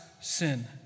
sin